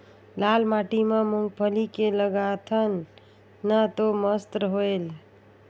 लाल माटी म मुंगफली के लगाथन न तो मस्त होयल?